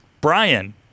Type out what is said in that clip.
brian